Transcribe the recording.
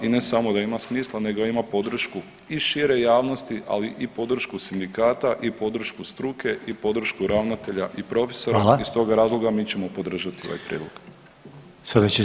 I ne samo da ima smisla nego ima podršku i šire javnosti, ali i podršku sindikata i podršku struke i podršku ravnatelja i profesora i iz toga razloga mi ćemo podržati ovaj prijedlog.